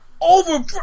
Over